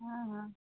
ہاں ہاں